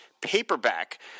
paperback